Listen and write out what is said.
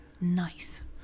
nice